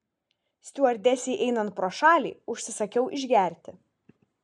stiuardesei einant pro šalį užsisakiau išgerti